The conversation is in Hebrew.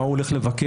מה הוא הולך לבקש,